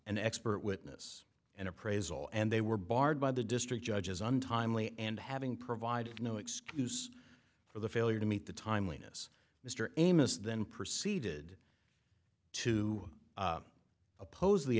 an expert witness and appraisal and they were barred by the district judge as untimely and having provided no excuse for the failure to meet the timeliness mr amos then proceeded to oppose the